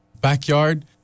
backyard